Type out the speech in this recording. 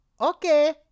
Okay